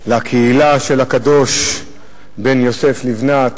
לקהילה של הקדוש בן יוסף לבנת,